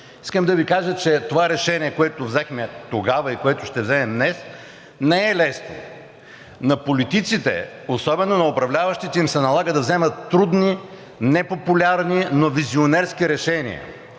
Искам да Ви кажа, че това решение, което взехме тогава и което ще вземем днес, не е лесно. На политиците, особено на управляващите, им се налага да вземат трудни, непопулярни, но визионерски решения